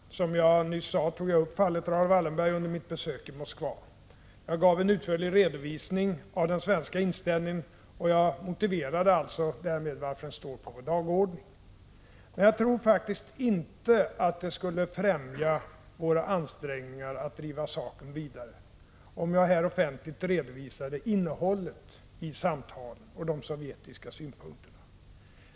Fru talman! Som jag nyss sade tog jag upp fallet Raoul Wallenberg under mitt besök i Moskva. Jag gav en utförlig redovisning av den svenska inställningen, och jag motiverade alltså därmed varför den står på vår dagordning. Men jag tror faktiskt inte att det skulle främja våra ansträngningar att driva saken vidare, om jag här offentligt redovisade innehållet i samtalen och de sovjetiska synpunkterna.